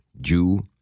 Jew